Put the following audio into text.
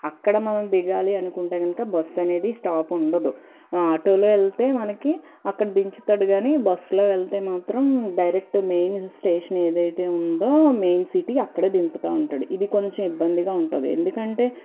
అక్కడ మనం దిగాలి అనుకుంటే ఇంకా బస్సనేది స్టాప్ ఉండదు ఆటోలో వెళ్తే మనకి అక్కడ దించుతాడు కానీ బస్లో వెళ్తే మాత్రం డైరెక్ట్ మెయిన్ స్టేషన్ ఏదైతే ఉందో మెయిన్ సిటీ అక్కడే దింపుతూ ఉంటాడు ఇది కొంచెం ఇబ్బందిగా ఉంటుంది ఎందుకంటే